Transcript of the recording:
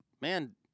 Man